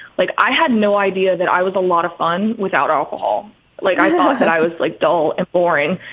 like, i had no idea that i was a lot of fun without alcohol like i thought that i was like, dull and boring.